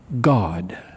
God